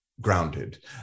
grounded